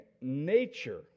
nature